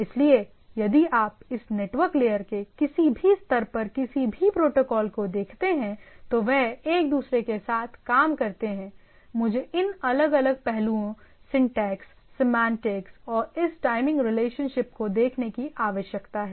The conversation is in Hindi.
इसलिए यदि आप इस नेटवर्क लेयर के किसी भी स्तर पर किसी भी प्रोटोकोल को देखते हैं तो वह एक दूसरे के साथ काम करते हैंमुझे इन अलग अलग पहलुओं सिंटेक्स सेमांटिक्स और इस टाइमिंग रिलेशनशिप को देखने की आवश्यकता है